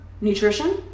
nutrition